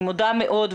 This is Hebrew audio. אני מודה לך.